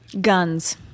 Guns